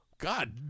God